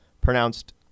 pronounced